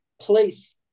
place